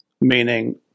meaning